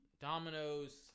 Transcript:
Dominoes